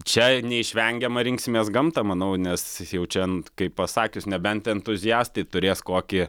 čia neišvengiama rinksimės gamtą manau nes jau čia kaip pasakius nebent tie entuziastai turės kokį